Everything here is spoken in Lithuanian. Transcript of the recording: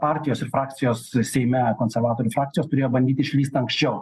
partijos ir frakcijos seime konservatorių frakcijos turėjo bandyt išlįst anksčiau